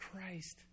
Christ